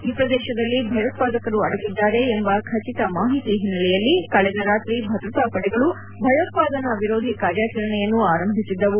ಈ ಪ್ರದೇಶದಲ್ಲಿ ಭಯೋತ್ಪಾದಕರು ಅಡಗಿದ್ದಾರೆ ಎಂಬ ಖಚಿತ ಮಾಹಿತಿ ಹಿನ್ನೆಲೆಯಲ್ಲಿ ಕಳೆದ ರಾತ್ರಿ ಭದ್ರತಾಪಡೆಗಳು ಭಯೋತ್ವಾದನಾ ವಿರೋಧಿ ಕಾರ್ಯಾಚರಣೆಯನ್ನು ಆರಂಭಿಸಿದ್ದವು